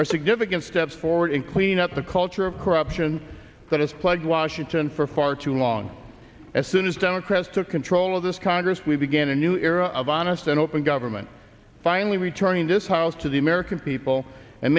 are significant steps forward in cleaning up the culture of corruption that has plagued washington for far too long as soon as democrats took control of this congress we begin a new era of honest and open government finally returning this house to the american people and